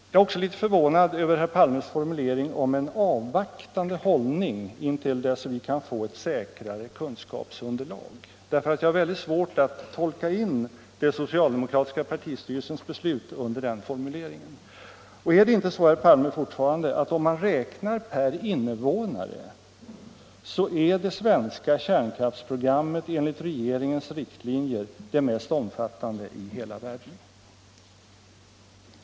Jag är också förvånad över herr Palmes formulering om ”en avvaktande hållning intill dess att vi kan få ett säkrare kunskapsunderlag”. Jag har nämligen svårt att tolka in den socialdemokratiska partistyrelsens beslut under den formuleringen. Är det inte fortfarande så, herr Palme, att om man räknar per invånare är det svenska kärnkraftsprogrammet enligt regeringens riktlinjer det mest omfattande i hela världen?